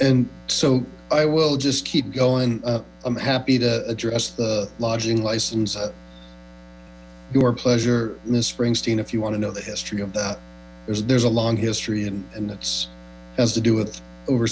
and so i will just keep going i'm happy addressed the lodging license of your pleasure miss springsteen if you want to know the history of that there's there's a long history and it's has to do with over